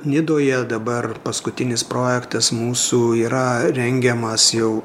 nidoje dabar paskutinis projektas mūsų yra rengiamas jau